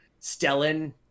Stellan